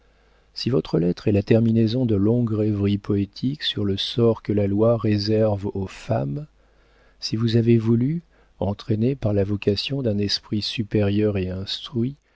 si votre lettre est la terminaison de longues rêveries poétiques sur le sort que la loi réserve aux femmes si vous avez voulu entraînée par la vocation d'un esprit supérieur et instruit